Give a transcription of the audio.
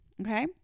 Okay